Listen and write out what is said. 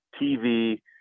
TV